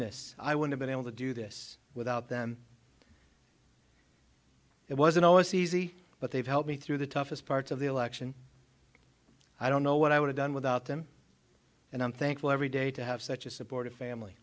this i would have been able to do this without them it wasn't always easy but they've helped me through the toughest parts of the election i don't know what i would've done without them and i'm thankful every day to have such a supportive family